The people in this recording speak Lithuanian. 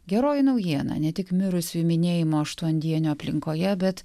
geroji naujiena ne tik mirusiųjų minėjimo aštuondienio aplinkoje bet